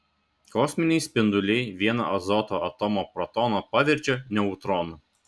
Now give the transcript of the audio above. kosminiai spinduliai vieną azoto atomo protoną paverčia neutronu